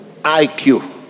IQ